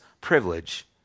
privilege